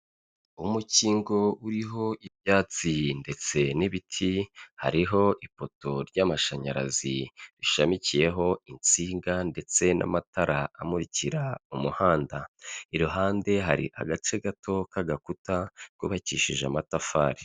Umukingo uriho ibyatsi ndetse n'ibiti hariho ipoto ry'amashanyarazi rishamikiyeho insinga ndetse n'amatara amuririka umuhanda, iruhande hari agace gato k'agakuta kubakishije amatafari.